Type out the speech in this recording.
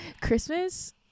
Christmas